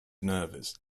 nervous